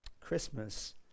Christmas